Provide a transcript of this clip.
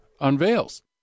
unveils